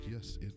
yes